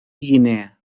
guinea